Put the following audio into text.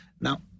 Now